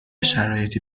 شرایطی